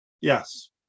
Yes